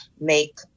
make